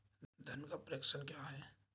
धन का प्रेषण क्या है?